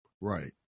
right